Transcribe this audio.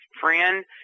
friend